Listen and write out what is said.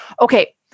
Okay